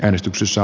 äänestyksessä